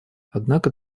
однако